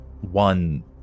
one